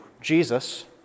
Jesus